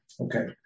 Okay